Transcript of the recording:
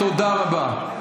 תודה רבה.